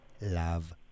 love